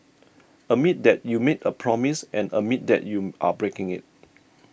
admit that you made a promise and admit that you are breaking it